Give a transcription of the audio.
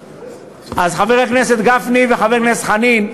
אז, חבר הכנסת גפני וחבר הכנסת חנין,